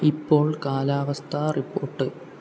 ഇപ്പോൾ കാലാവസ്ഥ റിപ്പോർട്ട്